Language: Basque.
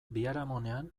biharamunean